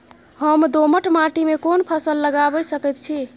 हम दोमट माटी में कोन फसल लगाबै सकेत छी?